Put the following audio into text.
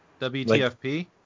WTFP